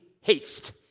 haste